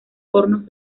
hornos